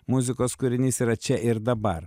muzikos kūrinys yra čia ir dabar